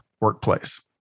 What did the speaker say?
workplace